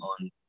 on